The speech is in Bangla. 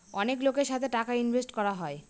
অনেক লোকের সাথে টাকা ইনভেস্ট করা হয়